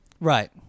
Right